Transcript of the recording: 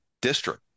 district